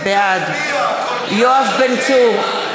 בעד יואב בן צור,